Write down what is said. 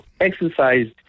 exercised